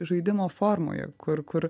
žaidimo formoje kur kur